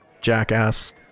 jackass